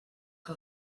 que